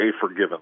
forgiven